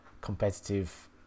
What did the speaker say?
competitive